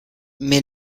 mais